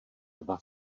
dva